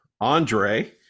Andre